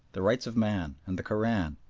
the rights of man and the koran,